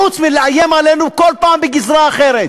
חוץ מלאיים עלינו כל פעם בגזרה אחרת?